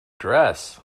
dress